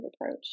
approach